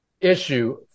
issue